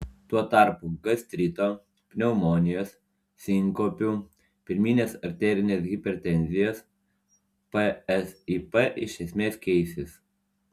tuo tarpu gastrito pneumonijos sinkopių pirminės arterinės hipertenzijos psip iš esmės keisis